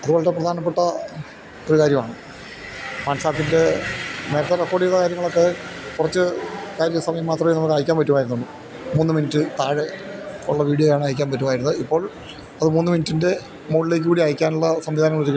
അതു വളരെ പ്രധാനപ്പെട്ട ഒരു കാര്യമാണ് വാട്സാപ്പിൻ്റെ നേരത്തെ റെക്കോർഡെയ്ത കാര്യങ്ങളൊക്കെ കുറച്ചു സമയം മാത്രമേ നമുക്ക് അയക്കാൻ പറ്റുമായിരുന്നുളളു മൂന്ന് മിനിറ്റില് താഴെ ഉള്ള വീഡിയോയാണ് അയക്കാൻ പറ്റുമായിരുന്നത് ഇപ്പോൾ അത് മൂന്ന് മിനിറ്റിൻ്റെ മുകളിലേക്കുകൂടി അയക്കാനുള്ള സംവിധാനങ്ങള് ഒരുക്കിയിട്ടുണ്ട്